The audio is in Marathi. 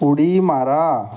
उडी मारा